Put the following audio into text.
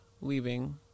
leaving